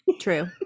True